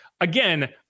again